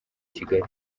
kigali